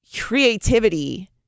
creativity